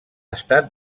estat